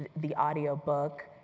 the audiobook.